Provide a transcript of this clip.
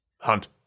hunt